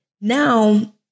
Now